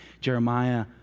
Jeremiah